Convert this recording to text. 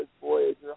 Voyager